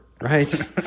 right